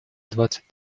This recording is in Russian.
двадцать